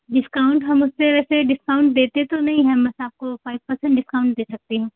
discount हम उससे वैसे डिस्काउंट देते तो नहीं है बस आपको फाइव पर्सेन्ट डिस्काउंट दे सकती हूँ